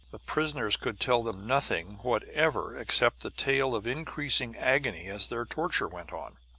the prisoners could tell them nothing whatever except the tale of increasing agony as their torture went on.